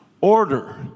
order